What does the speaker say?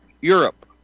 Europe